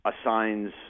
assigns